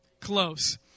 Close